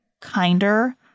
kinder